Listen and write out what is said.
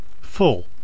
full